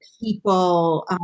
people